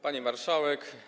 Pani Marszałek!